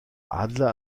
adler